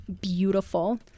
beautiful